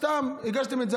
סתם הגשתם את זה,